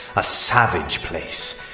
a savage place!